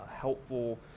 helpful